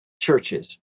churches